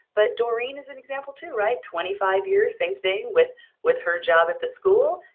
but doreen is an example too, right? twenty five years, same thing with with her job at the school,